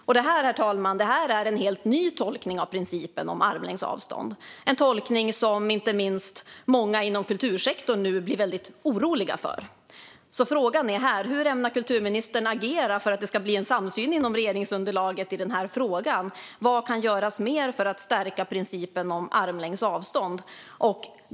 Detta, herr talman, är en helt ny tolkning av principen om armlängds avstånd, en tolkning som inte minst många inom kultursektorn nu blir väldigt oroliga för. Frågan är därför: Hur ämnar kulturministern agera för att det ska bli en samsyn inom regeringsunderlaget i den här frågan? Vad kan göras mer för att stärka principen om armlängds avstånd?